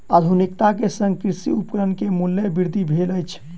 आधुनिकता के संग कृषि उपकरण के मूल्य वृद्धि भेल अछि